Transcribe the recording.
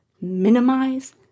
minimize